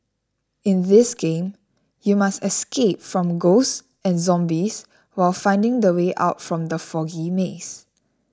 in this game you must escape from ghosts and zombies while finding the way out from the foggy maze